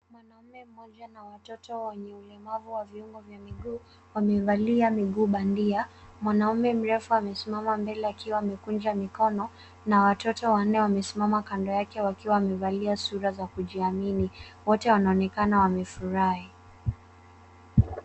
Mwanamume mmoja na watoto wenye ulemavu wa viungio vya miguu wamevalia miguu bandia. Mwanamme mrefu amesimama mbele akiwa amekunja mkono na watoto wanne wamesimama kando yake wakiwa wamevalia sura za kujimiani. Wote wanaonekana wakiwa wamefurahi.